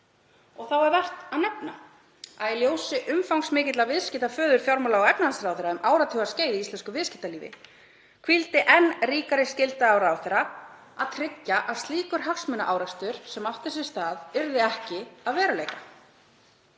Þá er vert að nefna að í ljósi umfangsmikilla viðskipta föður fjármála- og efnahagsráðherra um áratugaskeið í íslensku viðskiptalífi hvíldi enn ríkari skylda á ráðherra að tryggja að slíkur hagsmunaárekstur sem átti sér stað yrði ekki að veruleika.